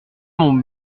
mon